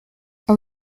are